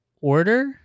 order